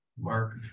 Mark